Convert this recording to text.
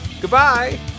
Goodbye